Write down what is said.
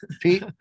Pete